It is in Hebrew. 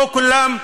או כולם,